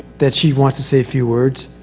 that she wants to say a few words.